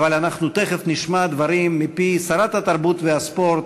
אבל אנחנו תכף נשמע דברים מפי שרת התרבות והספורט,